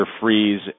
freeze